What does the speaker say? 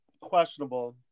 questionable